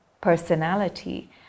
personality